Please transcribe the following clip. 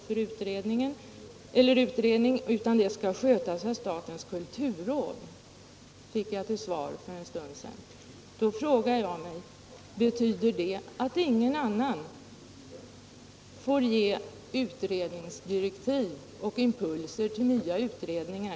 För en stund sedan fick jag till svar att frågorna skall skötas av statens kulturråd, och därför frågar jag: Betyder det att ingen annan 31 än statens kulturråd får ge utredningsdirektiv och impulser till nya utredningar?